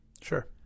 Sure